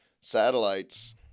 satellites